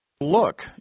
Look